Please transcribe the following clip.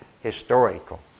historical